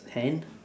hand